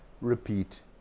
repeat